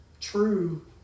true